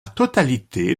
totalité